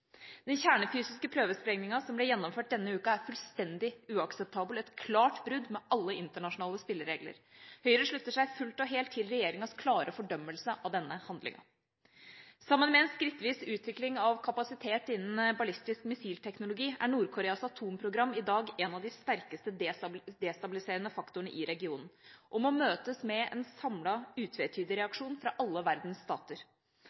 Den kjernefysiske prøvesprengningen som ble gjennomført denne uken, er fullstendig uakseptabel og et klart brudd med alle internasjonale spilleregler. Høyre slutter seg fullt og helt til regjeringas klare fordømmelse av denne handlingen. Sammen med en skrittvis utvikling av kapasitet innen ballistisk missilteknologi, er Nord-Koreas atomprogram i dag en av de sterkeste destabiliserende faktorene i regionen og må møtes med en samlet utvetydig reaksjon fra alle verdens stater.